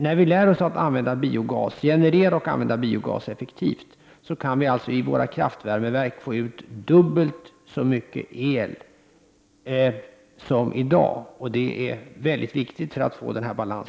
När vi lär oss att generera och använda biogas effektivt, kan vi i våra kraftvärmeverk få ut dubbelt så mycket el som i dag, vilket är mycket viktigt för att åstadkomma balans.